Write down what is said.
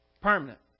Permanent